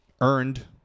earned